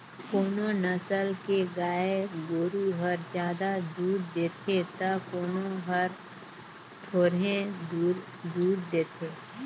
कोनो नसल के गाय गोरु हर जादा दूद देथे त कोनो हर थोरहें दूद देथे